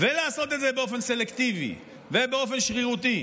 ולעשות את זה באופן סלקטיבי ובאופן שרירותי.